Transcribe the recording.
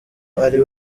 ari